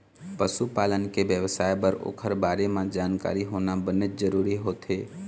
पशु पालन के बेवसाय बर ओखर बारे म जानकारी होना बनेच जरूरी होथे